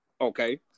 Okay